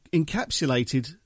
encapsulated